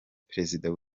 perezida